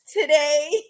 today